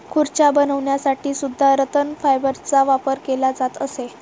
खुर्च्या बनवण्यासाठी सुद्धा रतन फायबरचा वापर केला जात असे